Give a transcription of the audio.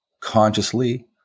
consciously